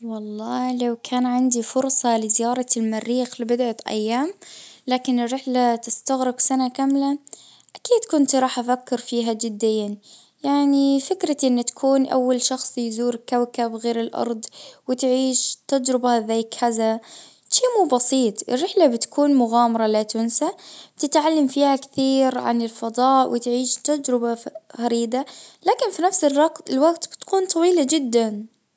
والله لو كان عندي فرصة لزيارة المريخ لبضعة ايام لكن الرحلة تستغرق سنة كاملة اكيد كنت راح افكر فيها جديا يعني فكرتي انه تكون اول شخص يزور كوكب غير الارض وتعيش وتجربة زي كذا شي مو بسيط الرحلة بتكون مغامرة لا تنسى تعلم فيها كثير عن الفضاء وتعيش تجربة فريدة لكن في نفس الوقت بتكون طويلة جدا.